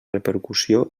repercussió